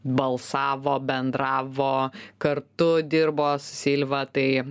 balsavo bendravo kartu dirbo su silva tai